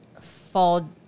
fall